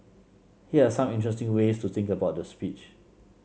here are some interesting ways to think about the speech